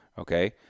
okay